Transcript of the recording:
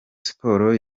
sports